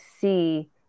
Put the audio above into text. see